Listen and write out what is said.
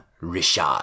richard